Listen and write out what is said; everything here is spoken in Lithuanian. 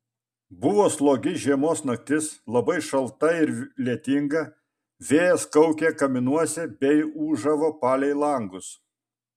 buvo slogi žiemos naktis labai šalta ir lietinga vėjas kaukė kaminuose bei ūžavo palei langus